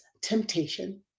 temptation